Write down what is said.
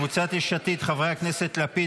קבוצת סיעת יש עתיד: חברי הכנסת יאיר לפיד,